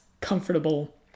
comfortable